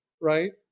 Right